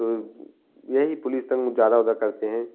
तो यही पुलिस तंग ज़्यादा उदा करते हैं